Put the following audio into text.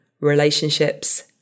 relationships